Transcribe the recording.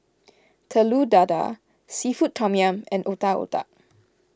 Telur Dadah Seafood Tom Yum and Otak Otak